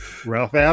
Ralph